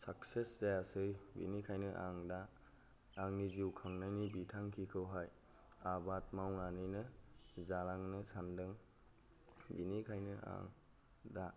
success जायासै बिनिखायनो आं दा आंनि जिउ खांनायनि बिथांखिखौहाय आबाद मावनानैनो जालांनो सानदों बिनिखायनो आं दा